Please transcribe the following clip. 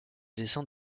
dessins